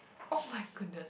oh-my-goodness